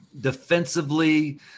Defensively